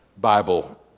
Bible